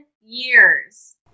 years